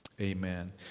Amen